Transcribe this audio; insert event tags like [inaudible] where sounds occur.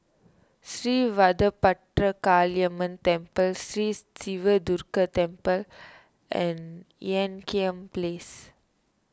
Sri Vadapathira Kaliamman Temple Sri Siva Durga Temple [noise] and Ean Kiam Place